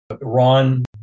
Ron